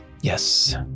Yes